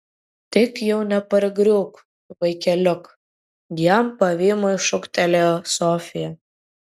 tik jau nepargriūk vaikeliuk jam pavymui šūktelėjo sofija